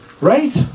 Right